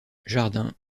jardins